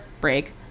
break